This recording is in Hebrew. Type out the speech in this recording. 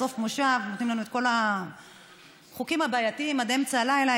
בסוף מושב נותנים לנו את כל החוקים הבעייתיים עד אמצע הלילה.